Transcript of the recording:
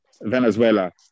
Venezuela